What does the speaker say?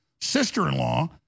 sister-in-law